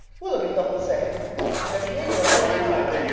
willoughby thought the same and their behaviour at all times,